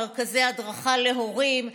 מרכזי הדרכה להורים,